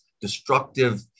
destructive